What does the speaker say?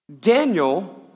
Daniel